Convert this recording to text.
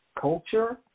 culture